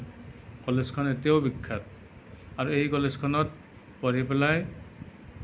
এই অঞ্চলৰ নলবাৰী অঞ্চলৰ বিভিন্ন ব্যক্তি ইয়াৰ